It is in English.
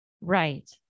Right